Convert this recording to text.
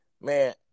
Man